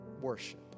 worship